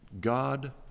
God